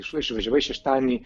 iš išvažiavai šeštadienį